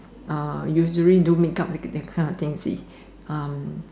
uh usually do make up the kind of thing you see